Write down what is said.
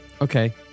Okay